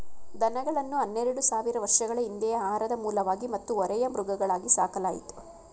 ದನಗಳನ್ನು ಹನ್ನೆರೆಡು ಸಾವಿರ ವರ್ಷಗಳ ಹಿಂದೆಯೇ ಆಹಾರದ ಮೂಲವಾಗಿ ಮತ್ತು ಹೊರೆಯ ಮೃಗಗಳಾಗಿ ಸಾಕಲಾಯಿತು